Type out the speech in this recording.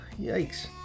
yikes